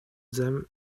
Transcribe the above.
them